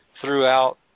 throughout